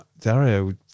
Dario